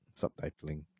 subtitling